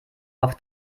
auf